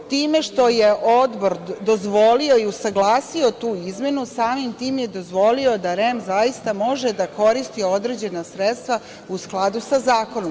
Time što je Odbor dozvolio i usaglasio tu izmenu, samim tim je dozvolio da REM zaista može da koristi određena sredstva u skladu sa zakonom.